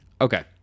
Okay